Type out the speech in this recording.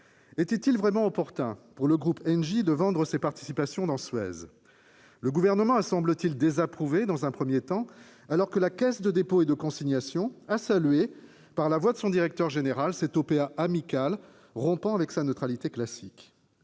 Était-il vraiment opportun pour le groupe Engie de vendre ses participations dans Suez ? Le Gouvernement a, semble-t-il, désapprouvé ce mouvement dans un premier temps, alors que la Caisse des dépôts et consignations (CDC) a salué, par la voix de son directeur général, une « OPA amicale », rompant ainsi avec sa neutralité classique.